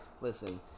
listen